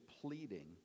pleading